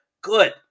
good